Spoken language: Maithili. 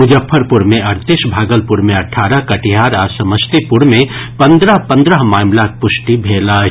मुजफ्फरपुर मे अड़तीस भागलपुर मे अठारह कटिहार आ समस्तीपुर मे पंद्रह पंद्रह मामिलाक पुष्टि भेल अछि